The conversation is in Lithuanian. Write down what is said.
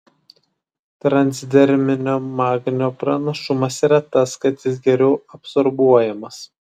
transderminio magnio pranašumas yra tas kad jis geriau absorbuojamas